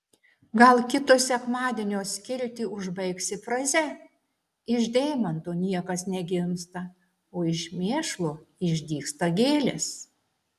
gal kito sekmadienio skiltį užbaigsi fraze iš deimantų niekas negimsta o iš mėšlo išdygsta gėlės